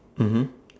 mmhmm